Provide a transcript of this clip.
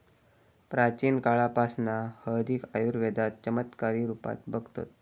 प्राचीन काळापासना हळदीक आयुर्वेदात चमत्कारीक रुपात बघतत